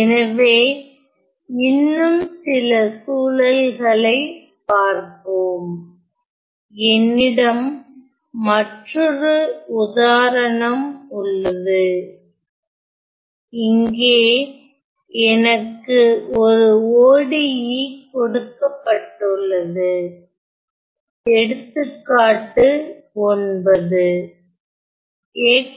எனவே இன்னும் சில சூழல்களை பார்ப்போம் என்னிடம் மற்றொரு உதாரணம் உள்ளது இங்கே எனக்கு ஒரு ODE கொடுக்கப்பட்டுள்ளது எடுத்துக்காட்டு 9 t 0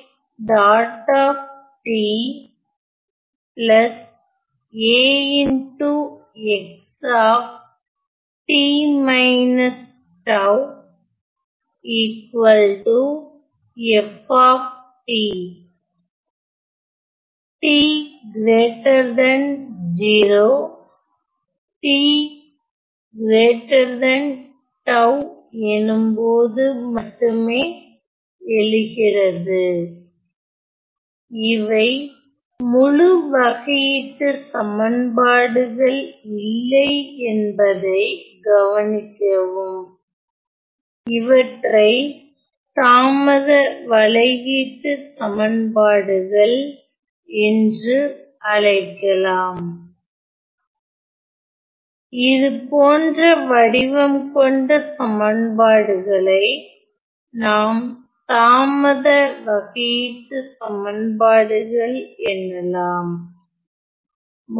t 𝜏 எனும் போது மட்டுமே எழுகிறது இவை முழு வகையீட்டுச் சமன்பாடுகள் இல்லை என்பதை கவனிக்கவும் இவற்றை தாமத வகையீட்டுச் சமன்பாடுகள் என்று அழைக்கலாம் இதுபோன்ற வடிவம் கொண்ட சமன்பாடுகளை நாம் தாமத வகையீட்டுச் சமன்பாடுகள் எனலாம்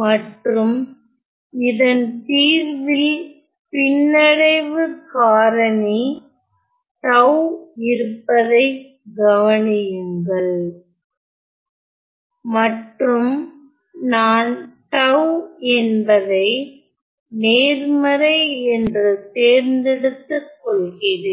மற்றும் இதன் தீர்வில் பின்னடைவு காரணி 𝜏 lagging factor 𝜏 இருப்பதை கவனியுங்கள் மற்றும் நான் 𝜏 என்பதை நேர்மறை என்று தேர்ந்தெடுத்துக் கொள்கிறேன்